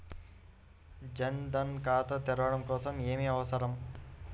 జన్ ధన్ ఖాతా తెరవడం కోసం ఏమి అవసరం?